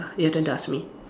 your turn to ask me